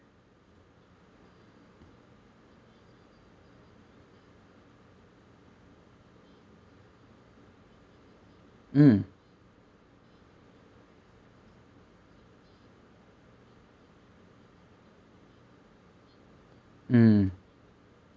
mm mm